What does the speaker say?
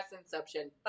inception